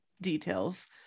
details